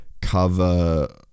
cover